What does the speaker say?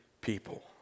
people